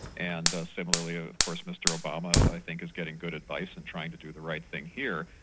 and similarly ah of course mr obama i think is getting good advice and trying to do the right thing here.